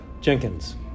Jenkins